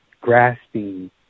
grasping